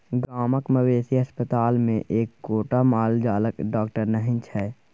गामक मवेशी अस्पतालमे एक्कोटा माल जालक डाकटर नहि छै